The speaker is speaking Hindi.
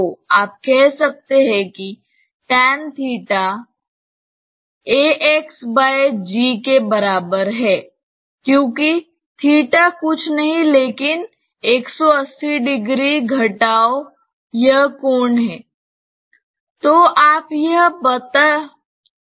तो आप कह सकते हैं कि के बराबर है क्योंकि थीटा कुछ नहीं लेकिन 1800 घटाव यह कोण है